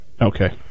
Okay